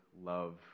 love